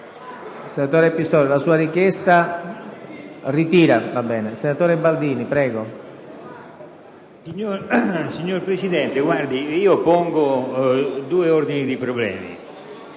Signor Presidente, intendo porre due ordini di problemi.